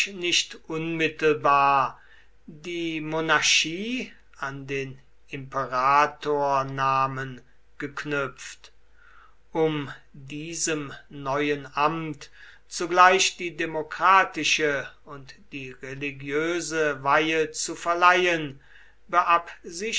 nicht unmittelbar die monarchie an den imperatornamen geknüpft um diesem neuen amt zugleich die demokratische und die religiöse weihe zu verleihen